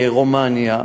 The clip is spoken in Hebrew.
רומניה,